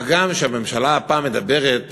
מה גם שהממשלה הפעם מדברת